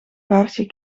kaartje